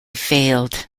failed